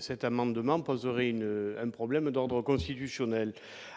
cet amendement poserait une un problème d'ordre constitutionnel